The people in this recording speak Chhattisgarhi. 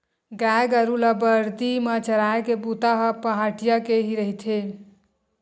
गाय गरु ल बरदी म चराए के बूता ह पहाटिया के ही रहिथे